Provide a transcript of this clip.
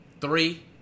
three